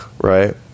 right